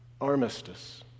Armistice